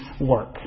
work